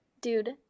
dude –